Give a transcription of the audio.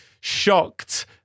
shocked